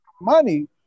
Money